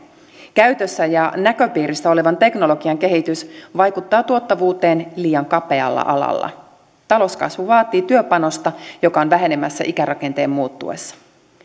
käytössä ja näköpiirissä olevan teknologian kehitys vaikuttaa tuottavuuteen liian kapealla alalla talouskasvu vaatii työpanosta joka on vähenemässä ikärakenteen muuttuessa